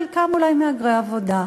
חלקם אולי מהגרי עבודה,